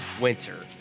winter